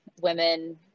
women